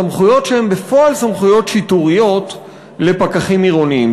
סמכויות שהן בפועל סמכויות שיטוריות לפקחים עירוניים?